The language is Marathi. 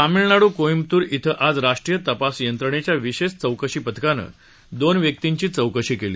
तामिळनाडूत कोईब्तूर इथं आज राष्ट्रीय तपास यंत्रणेच्या विशेष चौकशी पथकानं दोन व्यक्तिंची चौकशी केली